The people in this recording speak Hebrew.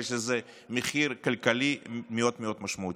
כי יש לזה מחיר כלכלי מאוד מאוד משמעותי.